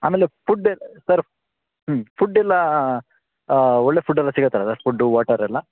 ಆಮೇಲೆ food sir ಹ್ಞೂ ಫುಡ್ಡೆಲ್ಲ ಒಳ್ಳೆಯ ಫುಡ್ಡೆಲ್ಲ ಸಿಗುತ್ತಲ ಫುಡ್ಡು ವಾಟರೆಲ್ಲ